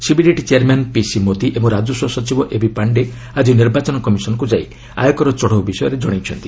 CBDT chairman PC Modi ଓ ରାଜସ୍ୱ ସଚିବ ଏବି ପାଶ୍ଡେ ଆଜି ନିର୍ବାଚନ କମିଶନକୁ ଯାଇ ଆୟକର ଚଢ଼ଉ ବିଷୟରେ ଜଣାଇଛନ୍ତି